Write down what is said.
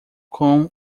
com